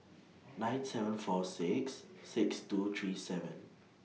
nine seven four six six two three seven